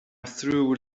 through